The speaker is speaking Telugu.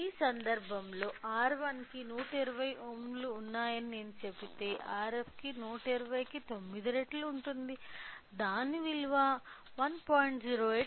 ఈ సందర్భంలో R1 కి 120 ఓంలు ఉన్నాయని నేను చెబితే Rf 120 కి 9 రెట్లు ఉంటుంది దాని విలువ 1